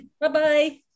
Bye-bye